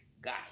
guy